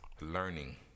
learning